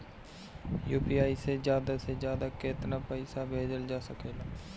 UPI से ज्यादा से ज्यादा केतना पईसा भेजल जा सकेला?